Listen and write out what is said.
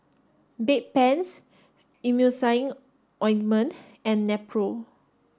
Bedpans Emulsying Ointment and Nepro